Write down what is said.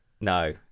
No